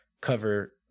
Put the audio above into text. cover